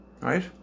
Right